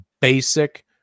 basic